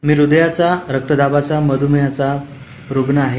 मी हृदयाचा रक्तदाबाचा मध्रमेहाचा रूग्ण आहे